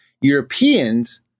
Europeans